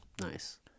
nice